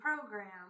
program